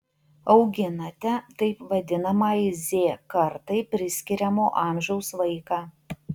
auginate taip vadinamajai z kartai priskiriamo amžiaus vaiką